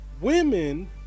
women